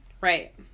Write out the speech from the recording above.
Right